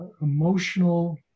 emotional